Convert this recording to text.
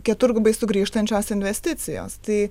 keturgubai sugrįžtančios investicijos tai